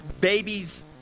babies